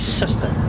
sister